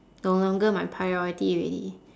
no longer my priority already